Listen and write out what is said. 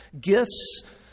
gifts